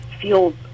feels